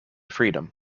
freedom